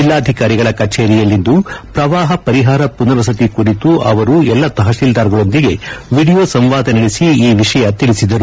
ಜಲ್ಲಾಧಿಕಾರಿಗಳ ಕಚೇರಿಯಲ್ಲಿಂದು ಪ್ರವಾಹ ಪರಿಹಾರ ಪುನರ್ ವಸತಿ ಕುರಿತು ಅವರು ಎಲ್ಲ ತಹತಿಲ್ದಾರ್ಗಳೊಂದಿಗೆ ವಿಡಿಯೋ ಸಂವಾದ ನಡೆಸಿ ಈ ವಿಷಯ ತಿಳಿಸಿದ್ದಾರೆ